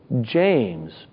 James